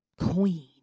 Queen